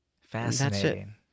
Fascinating